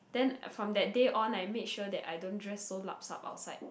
then from that day on I made sure that I don't dress so lup sup outside